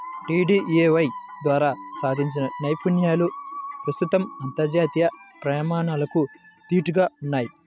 DDUAY ద్వారా సాధించిన నైపుణ్యాలు ప్రస్తుతం అంతర్జాతీయ ప్రమాణాలకు దీటుగా ఉన్నయ్